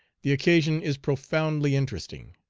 the occasion is profoundly interesting.